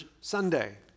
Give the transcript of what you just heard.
Sunday